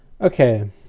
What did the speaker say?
okay